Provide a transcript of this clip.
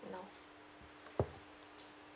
no